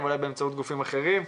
אולי באמצעות גופים אחרים.